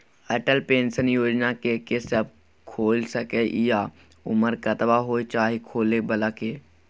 Atal pension योजना के के सब खोइल सके इ आ उमर कतबा होय चाही खोलै बला के?